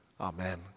Amen